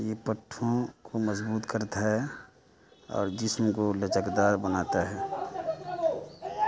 یہ پٹھوں کو مضبوط کرتا ہے اور جسم کو لچک دار بناتا ہے